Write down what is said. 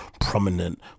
prominent